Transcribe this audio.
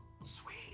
Sweet